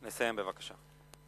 לסיים בבקשה.